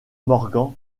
morgan